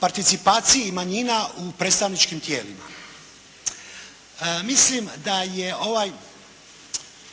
participaciji manjina u predstavničkim tijelima mislim da je